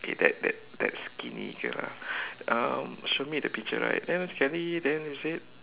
okay that that that skinny girl ah um show me the picture right then sekali then we say